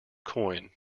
coin